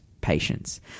patience